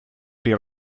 при